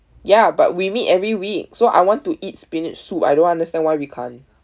ya but we meet every week so I want to eat spinach soup I don't understand why we can't